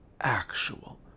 actual